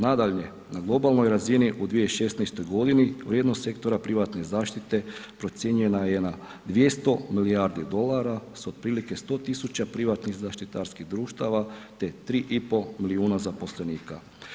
Nadalje, na globalnoj razini u 2016.g. vrijednost sektora privatne zaštite procijenjena je na 200 milijardi dolara s otprilike 100 000 privatnih zaštitarskih društava, te 3,5 milijuna zaposlenika.